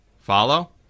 Follow